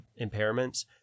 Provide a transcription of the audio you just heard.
impairments